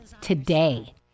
today